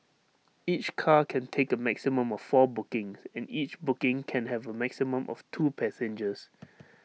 each car can take A maximum of four bookings and each booking can have A maximum of two passengers